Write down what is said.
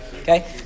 Okay